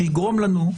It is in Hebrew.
שיגרום לנו,